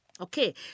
Okay